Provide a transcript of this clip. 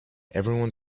everyone